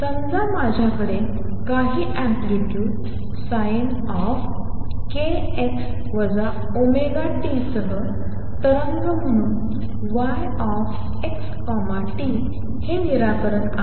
समजा माझ्याकडे काही अँप्लितुड Sinkx ωt सह तरंग म्हणून y x t हे निराकरण आहे